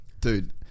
dude